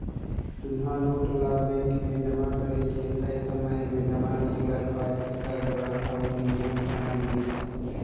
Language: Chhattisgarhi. जुनहा नोट ल बेंक मे जमा करे के तय समे में जमा नी करे पाए तेकर बर आउ नियम बनाय गिस